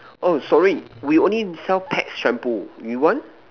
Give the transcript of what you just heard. oh sorry we only sell pet shampoo you want